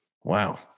Wow